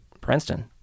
Princeton